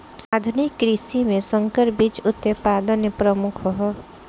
आधुनिक कृषि में संकर बीज उत्पादन प्रमुख ह